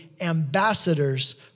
ambassadors